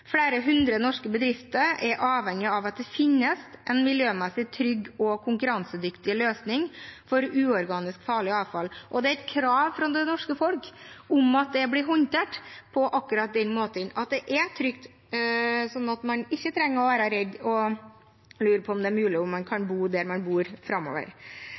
Flere hundre norske bedrifter er avhengig av at det finnes en miljømessig trygg og konkurransedyktig løsning for uorganisk farlig avfall, og det er et krav fra det norske folk at det blir håndtert på akkurat den måten, at det er trygt, så man ikke trenger å være redd og lure på om det er mulig å bo der man bor, framover.